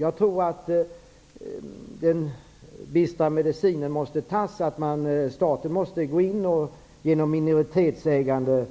Jag tror att den bistra medicinen måste sväljas. Staten måste gå in och genom minoritetsägande